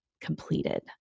completed